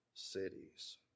cities